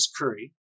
Curry